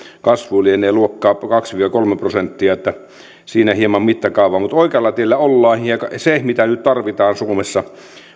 kasvuun lienee luokkaa kaksi viiva kolme prosenttia eli siinä hieman mittakaavaa mutta oikealla tiellä ollaan ja se mitä nyt tarvitaan suomessa